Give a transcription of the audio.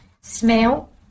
smell